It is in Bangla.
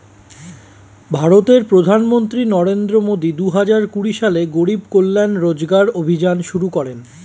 ভারতের প্রধানমন্ত্রী নরেন্দ্র মোদি দুহাজার কুড়ি সালে গরিব কল্যাণ রোজগার অভিযান শুরু করেন